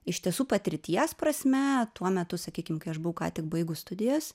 iš tiesų patirties prasme tuo metu sakykim kai aš buvau ką tik baigus studijas